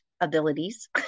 abilities